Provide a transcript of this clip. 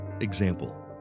example